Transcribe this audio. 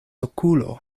okulo